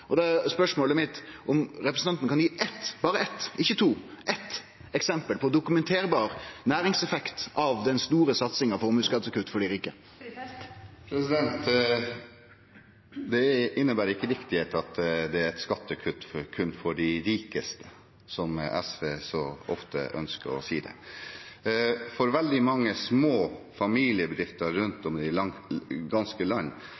Spørsmålet mitt er om representanten kan gi eitt – berre eitt, ikkje to – eksempel på dokumenterbar næringseffekt av den store satsinga på formuesskattekutt for dei rike. Det innebærer ikke riktighet at det er et skattekutt kun for de rikeste, slik SV så ofte ønsker å si det. Veldig mange små familiebedrifter rundt om i det ganske land